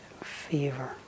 fever